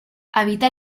habita